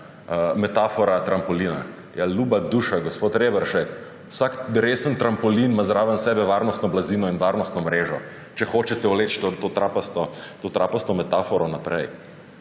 metafora trampolina. Ja ljuba duša, gospod Reberšek, vsak resen trampolin ima zraven sebe varnostno blazino in varnostno mrežo, če hočete vleči to trapasto metaforo naprej.